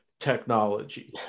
technology